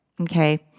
Okay